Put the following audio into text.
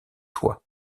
toit